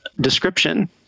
description